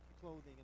clothing